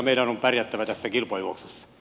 meidän on pärjättävä tässä kilpajuoksussa